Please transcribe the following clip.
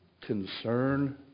concern